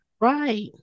Right